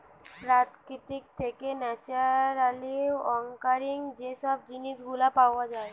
প্রকৃতি থেকে naturally occurring যে সব জিনিস গুলা পাওয়া যায়